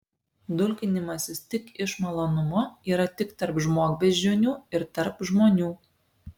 dulkinimasis tik iš malonumo yra tik tarp žmogbeždžionių ir tarp žmonių